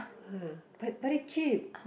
[huh] but very cheap